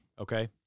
okay